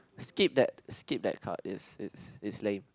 skip that skip that card it's it's it's lame